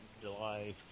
July